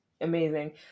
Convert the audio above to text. Amazing